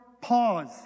pause